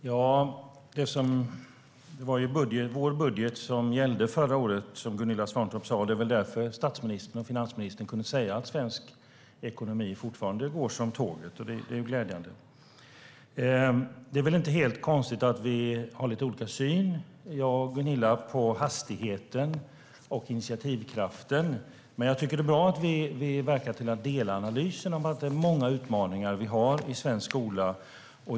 Herr talman! Det var vår budget som gällde förra året, som Gunilla Svantorp sa. Det är väl därför som statsministern och finansministern kunde säga att svensk ekonomi fortfarande går som tåget. Det är glädjande. Det är inte helt konstigt att vi har lite olika syn jag och Gunilla på hastigheten och initiativkraften. Men det är bra att vi verkar dela analysen att vi har många utmaningar i svensk skola.